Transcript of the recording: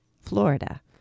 Florida